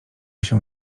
się